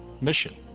mission